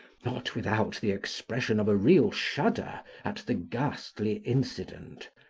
not without the expression of a real shudder at the ghastly incident,